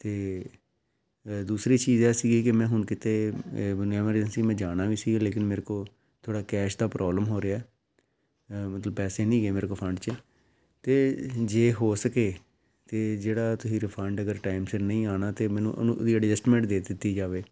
ਅਤੇ ਅ ਦੂਸਰੀ ਚੀਜ਼ ਇਹ ਸੀਗੀ ਕਿ ਮੈਂ ਹੁਣ ਕਿਤੇ ਅ ਮੈਨੂੰ ਐਮਰਜੈਂਸੀ ਮੈਂ ਜਾਣਾ ਵੀ ਸੀਗਾ ਲੇਕਿਨ ਮੇਰੇ ਕੋਲ ਥੋੜ੍ਹਾ ਕੈਸ਼ ਦਾ ਪ੍ਰੋਬਲਮ ਹੋ ਰਿਹਾ ਅ ਮਤਲਬ ਪੈਸੇ ਨਹੀਂ ਹੈਗੇ ਮੇਰੇ ਕੋਲ ਫੰਡ 'ਚ ਅਤੇ ਜੇ ਹੋ ਸਕੇ ਤਾਂ ਜਿਹੜਾ ਤੁਸੀਂ ਰਿਫੰਡ ਅਗਰ ਟਾਈਮ ਸਿਰ ਨਹੀਂ ਆਉਣਾ ਤਾਂ ਮੈਨੂੰ ਉਹਨੂੰ ਉਹਦੀ ਐਡਜਸਟਮੈਂਟ ਦੇ ਦਿੱਤੀ ਜਾਵੇ